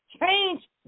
change